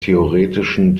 theoretischen